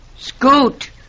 Scoot